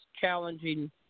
challenging